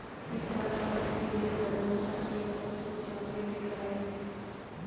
इस बार वह उसके लिए बादाम का केक और कुछ चॉकलेट लेकर आई थी